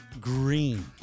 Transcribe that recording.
green